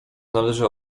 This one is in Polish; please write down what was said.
należy